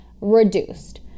reduced